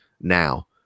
now